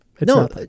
no